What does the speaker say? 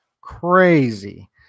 Crazy